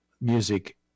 music